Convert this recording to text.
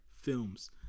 films